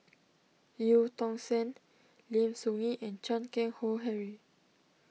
Eu Tong Sen Lim Soo Ngee and Chan Keng Howe Harry